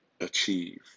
Achieve